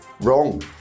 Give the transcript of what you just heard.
Wrong